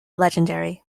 legendary